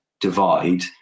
divide